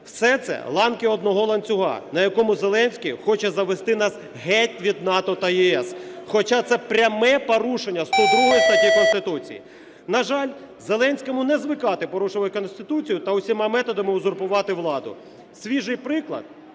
Все це ланки одного ланцюга, на якому Зеленський хоче завести нас геть від НАТО та ЄС, хоча це пряме порушення 102 статті Конституції. На жаль, Зеленському не звикати порушувати Конституцію та усіма методами узурпувати владу. Свіжий приклад,